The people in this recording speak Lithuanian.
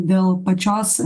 dėl pačios